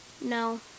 No